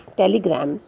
telegram